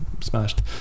smashed